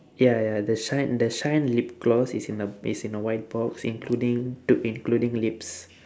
ya ya ya the shine the shine lip gloss is in the is in the white box including t~ including lips